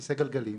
וכסא גלגלים.